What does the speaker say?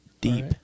Deep